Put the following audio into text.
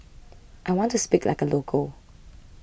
I want to speak like a local